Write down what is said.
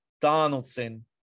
Donaldson